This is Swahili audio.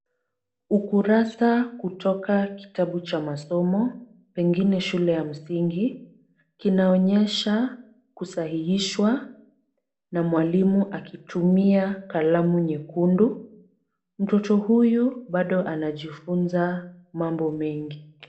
Ukurasa kutoka kitabu cha masomo pengine shule ya msingi kinaonyesha kusahihishwa na mwalimu akitumia kalamu nyekundu. Mtoto huyu bado anajifunza mambo mengi.